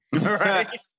Right